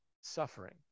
suffering